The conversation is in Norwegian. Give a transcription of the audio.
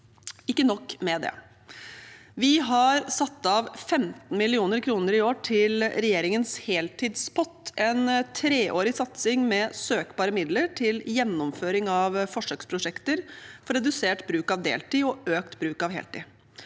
Ikke nok med det, vi har satt av 15 mill. kr i år til regjeringens heltidspott, en treårig satsing med søkbare midler til gjennomføring av forsøksprosjekter for redusert bruk av deltid og økt bruk av heltid.